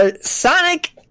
Sonic